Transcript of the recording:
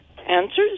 Answers